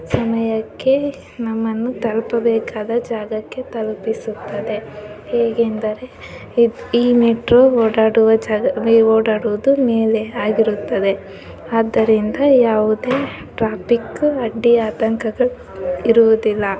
ಸಮಯಕ್ಕೆ ನಮ್ಮನ್ನು ತಲುಪಬೇಕಾದ ಜಾಗಕ್ಕೆ ತಲುಪಿಸುತ್ತದೆ ಹೇಗೆಂದರೆ ಇದು ಈ ಮೆಟ್ರೋ ಓಡಾಡುವ ಜಾಗ ಮೇ ಓಡಾಡುವುದು ಮೇಲೆ ಆಗಿರುತ್ತದೆ ಆದ್ದರಿಂದ ಯಾವುದೇ ಟ್ರಾಫಿಕ್ ಅಡ್ಡಿ ಆತಂಕಗಳು ಇರುವುದಿಲ್ಲ